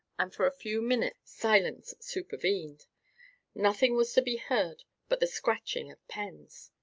and for a few minutes silence supervened nothing was to be heard but the scratching of pens.